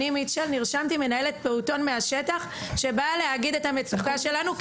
מנהלת פעוטון מהשטח שבאה להגיד את המצוקה שלנו,